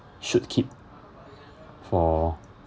should keep for